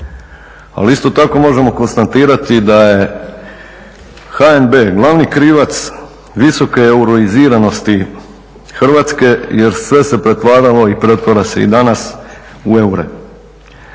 ali isto tako možemo konstatirati da je HNB glavni krivac visoke euroiziranosti Hrvatske jer sve se pretvaralo i pretvara se i danas u eure.